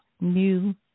new